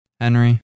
Henry